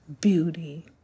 beauty